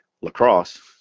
lacrosse